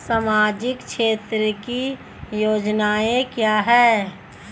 सामाजिक क्षेत्र की योजनाएं क्या हैं?